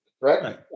Right